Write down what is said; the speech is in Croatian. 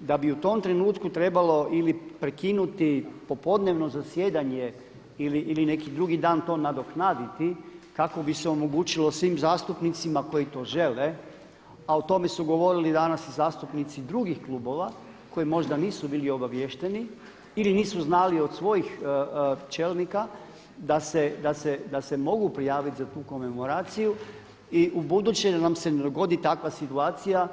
da bi u tom trenutku trebalo ili prekinuti popodnevno zasjedanje ili neki drugi dan to nadoknaditi kako bi se omogućilo svim zastupnicima koji to žele a o tome su govorili danas i zastupnici drugih klubova koji možda nisu bili obavješteni ili nisu znali od svojih čelnika da se mogu prijaviti za tu komemoraciju i ubuduće nam se ne dogodi takva situacija.